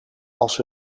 als